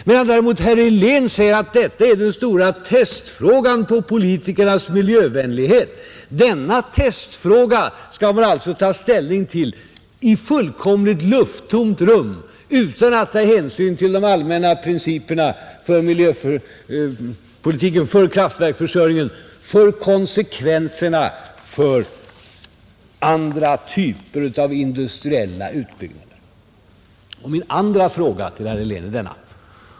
Herr Helén säger däremot att detta är den stora testfrågan på politikernas miljövänlighet, och den testfrågan skall man alltså ta ställning till i fullkomligt lufttomt rum utan någon hänsyn till de allmänna principerna för miljöpolitiken och kraftförsörjningen eller till konsekvenserna för andra typer av industriella utbyggnader.